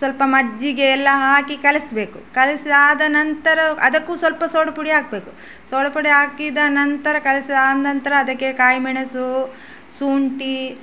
ಸ್ವಲ್ಪ ಮಜ್ಜಿಗೆ ಎಲ್ಲ ಹಾಕಿ ಕಲಿಸ್ಬೇಕು ಕಲಸಿ ಆದ ನಂತರ ಅದಕ್ಕೂ ಸ್ವಲ್ಪ ಸೋಡಾ ಪುಡಿ ಹಾಕ್ಬೇಕು ಸೋಡಾ ಪುಡಿ ಹಾಕಿದ ನಂತರ ಕಲಸಿದ ಆದ ನಂತರ ಅದಕ್ಕೆ ಕಾಯಿ ಮೆಣಸು ಶುಂಠಿ